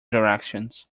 directions